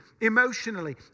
emotionally